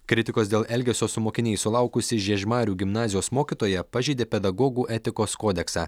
kritikos dėl elgesio su mokiniais sulaukusi žiežmarių gimnazijos mokytoja pažeidė pedagogų etikos kodeksą